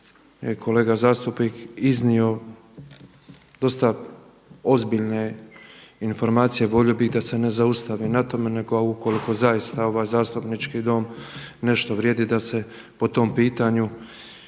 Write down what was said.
kolega zastupnik iznio dosta ozbiljne informacije volio bih da se ne zaustavi na tome nego ukoliko zaista ovaj zastupnički dom nešto vrijedi da se po tom pitanju